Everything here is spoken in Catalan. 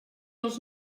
els